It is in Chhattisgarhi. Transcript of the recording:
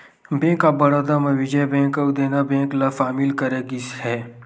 बेंक ऑफ बड़ौदा म विजया बेंक अउ देना बेंक ल सामिल करे गिस हे